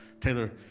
Taylor